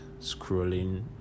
scrolling